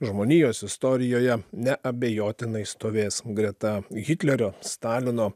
žmonijos istorijoje neabejotinai stovės greta hitlerio stalino